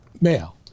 male